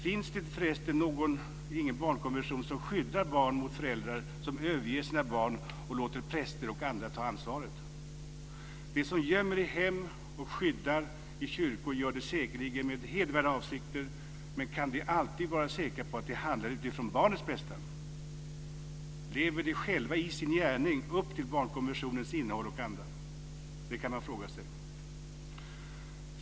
Finns det förresten inte någon barnkonvention som skyddar barn mot föräldrar som överger sina barn och låter präster och andra ta ansvaret? De som gömmer i hem och skyddar i kyrkor gör det säkerligen med hedervärda avsikter. Men kan vi alltid vara säkra på att de handlar utifrån barnens bästa? Lever de själva i sin gärning upp till barnkonventionens innehåll och anda? Det kan man fråga sig.